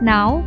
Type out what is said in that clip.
Now